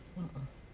mm